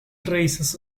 traces